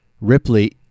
Ripley